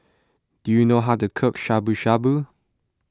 do you know how to cook Shabu Shabu